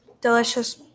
delicious